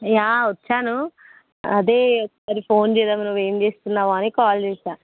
yeah వచ్చాను అదే ఒకసారి ఫోన్ చేద్దాం నువ్వు ఏమి చేస్తున్నావు అని కాల్ చేశాను